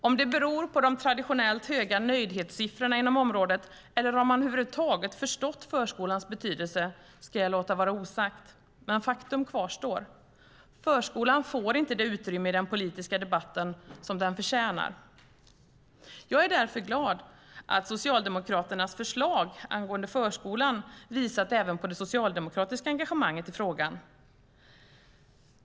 Om det beror på de traditionellt höga nöjdhetssiffrorna inom området eller om man över huvud taget förstått förskolans betydelse ska jag låta vara osagt, men faktum kvarstår. Förskolan får inte det utrymme i den politiska debatten som den förtjänar. Jag är därför glad att Socialdemokraternas förslag angående förskolan visat även på det socialdemokratiska engagemanget i frågan.